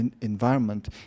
environment